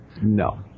No